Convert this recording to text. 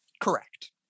Correct